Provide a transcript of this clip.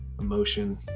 emotion